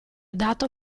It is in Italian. dato